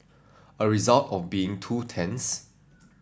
a result of being two tents